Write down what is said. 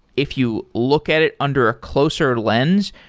if you look at it under a closer lens,